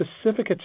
specific